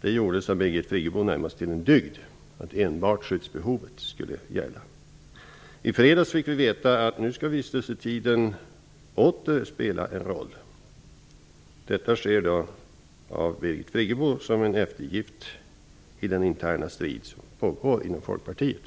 Birgit Friggebo gjorde det närmast till en dygd att göra så att enbart skyddsbehovet skulle gälla. I fredags fick vi veta att vistelsetiden nu åter skall spela en roll. Detta sker som en eftergift av Birgit Friggebo i den interna strid som pågår inom Folkpartiet.